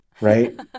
right